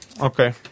Okay